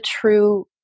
true